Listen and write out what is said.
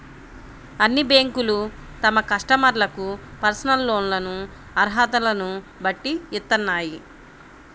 అన్ని బ్యేంకులూ తమ కస్టమర్లకు పర్సనల్ లోన్లను అర్హతలను బట్టి ఇత్తన్నాయి